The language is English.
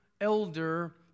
elder